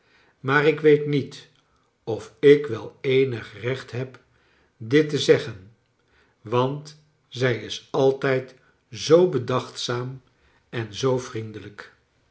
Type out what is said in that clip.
maar ik weet niet of ik wel eenig recht heb dit te zeggen want zij is altijd zoo bedachtzaam en zoo vriendelijk